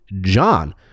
John